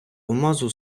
алмазу